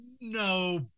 no